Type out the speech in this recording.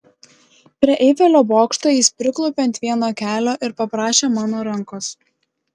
prie eifelio bokšto jis priklaupė ant vieno kelio ir paprašė mano rankos